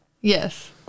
Yes